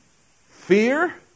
fear